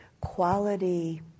quality